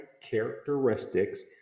characteristics